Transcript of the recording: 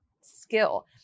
skill